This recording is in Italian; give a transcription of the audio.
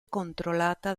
controllata